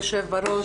יושב הראש,